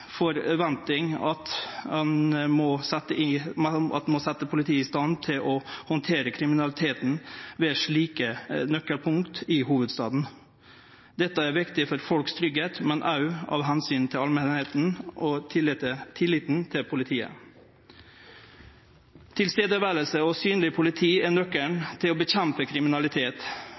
forventing at ein set politiet i stand til å handtere kriminaliteten ved slike nøkkelpunkt i hovudstaden. Det er viktig for at folk skal kjenne seg trygge, men òg av omsyn til allmenta og tilliten til politiet. Eit politi som er til stades og synleg, er nøkkelen til å nedkjempe kriminalitet,